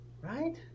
right